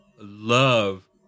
love